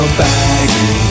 baggy